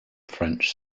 french